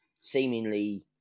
seemingly